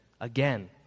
again